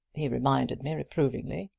he reminded me reprovingly.